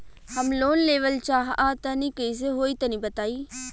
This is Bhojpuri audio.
हम लोन लेवल चाहऽ तनि कइसे होई तनि बताई?